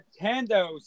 Nintendo